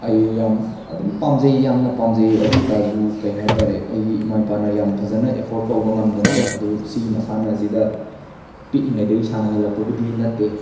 ꯑꯩ ꯌꯥꯝ ꯑꯗꯨꯝ ꯄꯥꯝꯖꯩ ꯌꯥꯝꯅ ꯄꯥꯝꯖꯩ ꯑꯗꯨ ꯑꯣꯏꯇꯖꯨ ꯀꯩ ꯍꯥꯏꯇꯔꯦ ꯑꯩꯒꯤ ꯏꯃꯥ ꯏꯄꯥꯅ ꯌꯥꯝ ꯐꯖꯅ ꯑꯦꯐꯣꯔꯠ ꯇꯧꯕ ꯉꯝꯗꯅ ꯑꯗꯨ ꯁꯤ ꯃꯁꯥꯅꯁꯤꯗ ꯄꯤꯛꯏ ꯉꯩꯗꯒꯤ ꯁꯥꯅꯍꯜꯂꯛꯄꯕꯨꯗꯤ ꯅꯠꯇꯦ